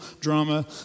drama